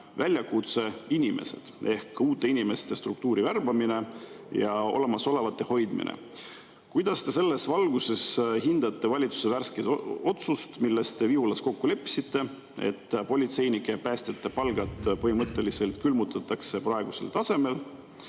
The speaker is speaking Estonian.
väljakutse inimesed ehk uute inimeste struktuuri värbamine ja olemasolevate hoidmine. Kuidas te selles valguses hindate valitsuse värsket otsust, mille te Vihulas [langetasite], et politseinike ja päästjate palgad põhimõtteliselt külmutatakse praegusel tasemel